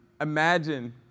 Imagine